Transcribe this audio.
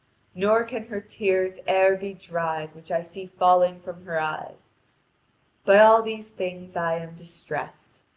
nor can her tears e'er be dried which i see falling from her eyes by all these things i am distressed.